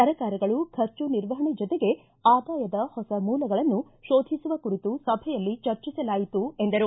ಸರ್ಕಾರಗಳು ಖರ್ಚು ನಿರ್ವಹಣೆ ಜೊತೆಗೆ ಆದಾಯದ ಹೊಸ ಮೂಲಗಳನ್ನು ಶೋಧಿಸುವ ಕುರಿತು ಸಭೆಯಲ್ಲಿ ಚರ್ಚಿಸಲಾಯಿತು ಎಂದರು